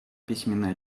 письменный